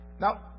now